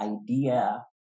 idea